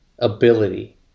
ability